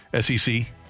SEC